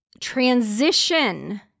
transition